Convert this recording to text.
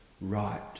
right